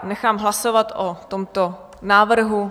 Nechám hlasovat o tomto návrhu.